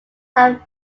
have